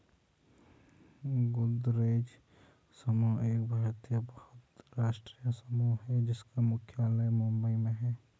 गोदरेज समूह एक भारतीय बहुराष्ट्रीय समूह है जिसका मुख्यालय मुंबई में है